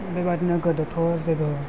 बेबायदिनो गोदोथ' जेबो